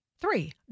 Three